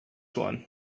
one